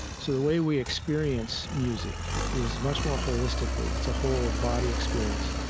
so the way we experience music is much more holistically it's a whole body experience.